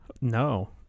No